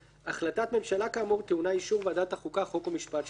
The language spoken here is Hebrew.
החלטת ממשלה כאמור טעונה אישור ועדת החוקה חוק ומשפט של הכנסת.